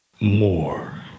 more